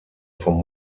vom